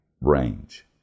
range